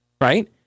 right